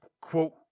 quote